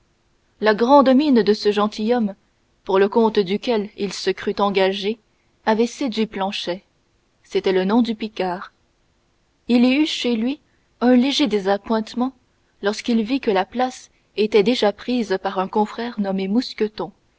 la grande mine de ce gentilhomme pour le compte duquel il se crut engagé avait séduit planchet c'était le nom du picard il y eut chez lui un léger désappointement lorsqu'il vit que la place était déjà prise par un confrère nommé mousqueton